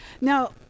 now